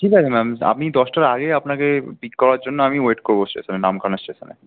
ঠিক আছে ম্যাম আপনি দশটার আগে আপনাকে পিক করার জন্য আমি ওয়েট করবো স্টেশন নামখানা স্টেশনে